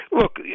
Look